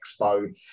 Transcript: Expo